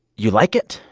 you like it.